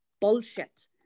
bullshit